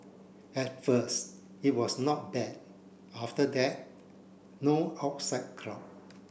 at first it was not bad after that no outside crowd